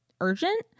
urgent